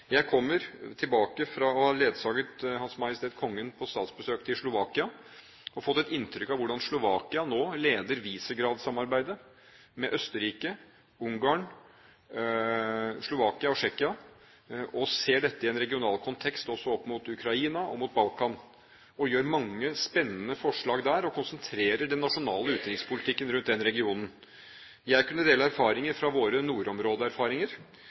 Jeg er nettopp kommet tilbake etter å ha ledsaget Hans Majestet Kongen på statsbesøk i Slovakia. Jeg har fått et inntrykk av hvordan Slovakia nå leder Visegrad-samarbeidet mellom Østerrike, Ungarn, Slovakia og Tsjekkia, og ser dette i en regional kontekst, også opp mot Ukraina og Balkan. Man har mange spennende forslag der, og konsentrerer den nasjonale utenrikspolitikken rundt den regionen. Jeg kunne dele erfaringer fra våre